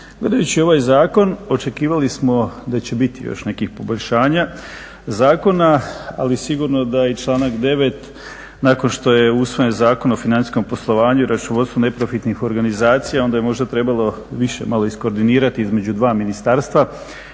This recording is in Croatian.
Gledajući ovaj zakon očekivali smo da će bit još nekih poboljšanja zakona ali sigurno da i članak 9. nakon što je usvojen Zakon o financijskom poslovanju i računovodstvu neprofitnih organizacija onda je možda trebalo više malo iskordinirati između dva ministarstva.